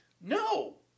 No